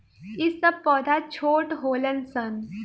ई सब पौधा छोट होलन सन